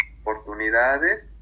oportunidades